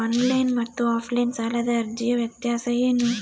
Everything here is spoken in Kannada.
ಆನ್ಲೈನ್ ಮತ್ತು ಆಫ್ಲೈನ್ ಸಾಲದ ಅರ್ಜಿಯ ವ್ಯತ್ಯಾಸ ಏನು?